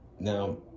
Now